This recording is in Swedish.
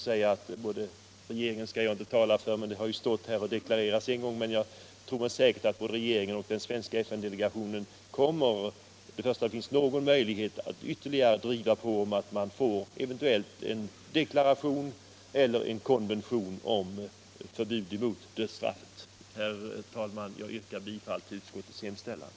skrivit på protokollet. Herr talman! Jag yrkar bifall till utskottets hemställan.